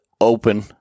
open